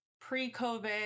pre-COVID